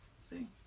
see